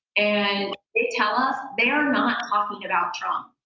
and they tell us they are not talking about trump,